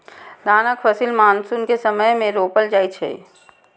धानक फसिल मानसून के समय मे रोपल जाइ छै